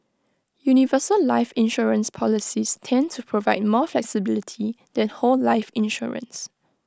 universal life insurance policies tend to provide more flexibility than whole life insurance